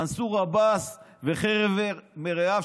מנסור עבאס וחבר מרעיו,